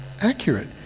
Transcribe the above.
accurate